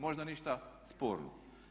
Možda ništa sporno.